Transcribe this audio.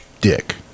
dick